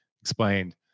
Explained